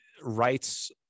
rights